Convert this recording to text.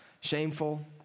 shameful